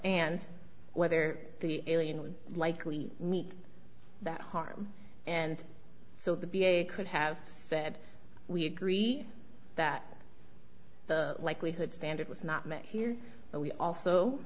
and whether the alien would likely meet that harm and so the could have said we agree that the likelihood standard was not met here but we also